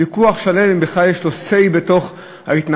ויכוח שלם אם בכלל יש לו say בתוך ההתנגדות,